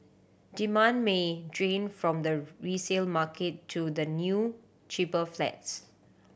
demand may drain from the resale market to the new cheaper flats